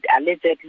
allegedly